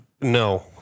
No